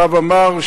הרב עמאר,